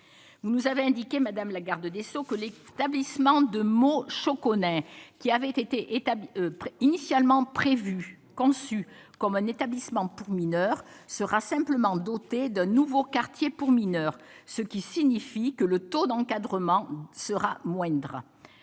vous nous avez indiqué madame la garde des Sceaux, que l'établissement de mots connaît qui avait été établi initialement prévu, conçu comme un établissement pour mineurs sera simplement doté d'un nouveau quartier pour mineurs, ce qui signifie que le taux d'encadrement sera moindre,